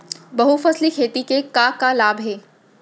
बहुफसली खेती के का का लाभ हे?